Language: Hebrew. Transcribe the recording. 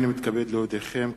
הנני מתכבד להודיעכם,